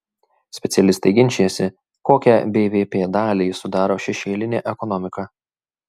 specialistai ginčijasi kokią bvp dalį sudaro šešėlinė ekonomika